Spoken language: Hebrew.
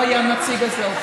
לא היה אז נציג לאופוזיציה?